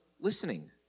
listening